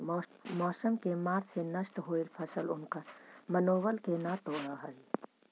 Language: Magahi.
मौसम के मार से नष्ट होयल फसल उनकर मनोबल के न तोड़ हई